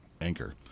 anchor